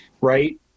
Right